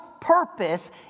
purpose